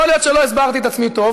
יכול להיות שלא הסברתי את עצמי טוב,